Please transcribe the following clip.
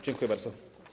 Dziękuję bardzo.